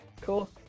Cool